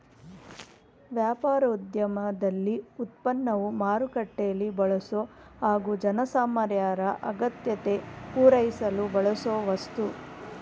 ವ್ಯಾಪಾರೋದ್ಯಮದಲ್ಲಿ ಉತ್ಪನ್ನವು ಮಾರುಕಟ್ಟೆಲೀ ಬಳಸೊ ಹಾಗು ಜನಸಾಮಾನ್ಯರ ಅಗತ್ಯತೆ ಪೂರೈಸಲು ಬಳಸೋವಸ್ತು